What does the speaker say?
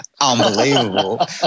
unbelievable